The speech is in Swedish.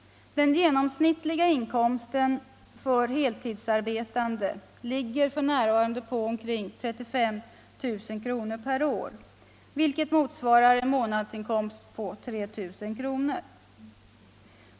Den genomsnittliga inkomsten för heltidsarbetande ligger f. n. på omkring 35 000 kr. per år, vilket motsvarar en månadsinkomst av ca 3 000 kr.